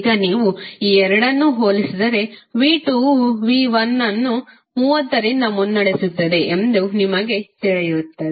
ಈಗ ನೀವು ಈ ಎರಡನ್ನು ಹೋಲಿಸಿದರೆ v2 ವು v1ಅನ್ನು 30 ರಿಂದ ಮುನ್ನಡೆಸುತ್ತದೆ ಎಂದು ನಿಮಗೆ ತಿಳಿಯುತ್ತದೆ